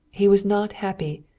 he was not happy,